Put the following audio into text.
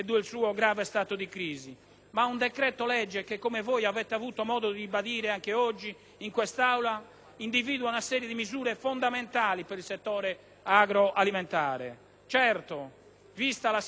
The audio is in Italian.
ma è un decreto-legge che, come voi avete avuto modo di ribadire anche oggi in quest'Aula, individua una serie di misure fondamentali per il settore agroalimentare. Certo, vista la situazione del sistema agricolo